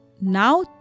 Now